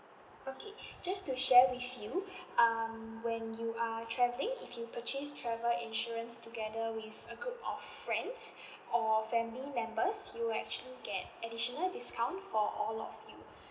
okay just to share with you um when you are travelling if you purchase travel insurance together with a group of friends or family members you will actually get additional discount for all of you